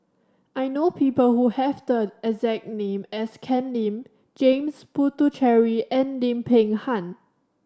I know people who have the exact name as Ken Lim James Puthucheary and Lim Peng Han